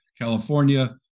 California